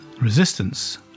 resistance